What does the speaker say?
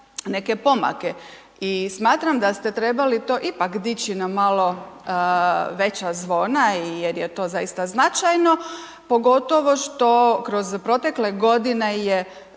neke pomake i smatram da ste trebali to ipak dići na malo veća zvona jer je to zaista značajno pogotovo što kroz protekle godine je,